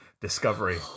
discovery